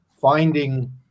finding